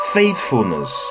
faithfulness